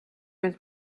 was